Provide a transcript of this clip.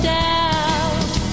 doubt